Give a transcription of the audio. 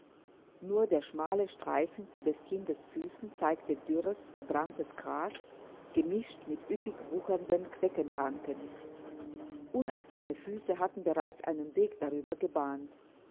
nur der schmale streifen zu des kindes füßen zeigte dürres verbranntes gras gemischt mit üppig wuchernden queckenranken unachtsame füße hatten bereits einen weg darüber gebahnt